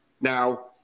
Now